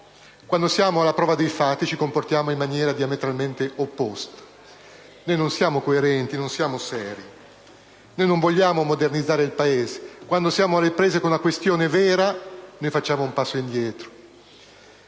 quando siamo alla prova dei fatti ci comportiamo in maniera diametralmente opposta. Non siamo coerenti. Non siamo seri. Non vogliamo modernizzare il Paese. Quando siamo alle prese con una questione vera, facciamo un passo indietro.